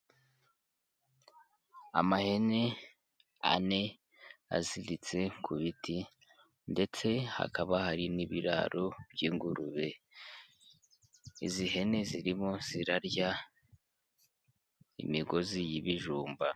Amahene ane aziritse ku biti ndetse hakaba hari n'ibiraro by'ingurube, izi hene zirimo zirarya imigozi y'ibijumba.